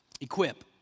equip